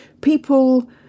people